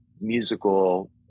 musical